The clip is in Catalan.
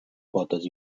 potes